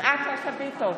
יפעת שאשא ביטון,